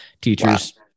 Teachers